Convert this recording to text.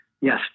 yes